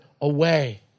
away